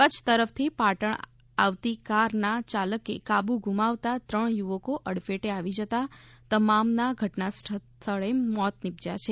કચ્છ તરફથી પાટણ આવતી કારના ચાલકે કાબુ ગુમાવતા ત્રણ યુવકો અડફેટ આવી જતા તમામના ઘટનાસ્થળે મોત નિપજ્યા છે